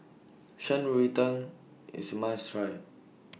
Shan Rui Tang IS must Try